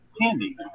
Candy